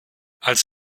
als